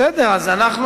זה לא עוזר לי.